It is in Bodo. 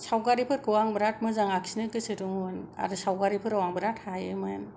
सावगारिफोरखौ आं बेराद मोजां आखिनो गोसो दंमोन आरो सावगारिफोराव आं बेराद हायोमोन